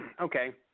Okay